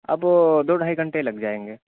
اب دو ڈھائی گھنٹے لگ جائیں گے